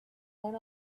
went